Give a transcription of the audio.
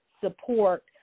support